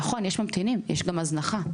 נכון, יש ממתינים, יש גם הזנחה.